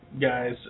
guys